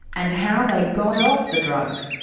and how they got off the drug.